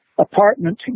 apartment